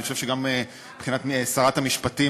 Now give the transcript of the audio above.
ואני חושב שגם מבחינת שרת המשפטים.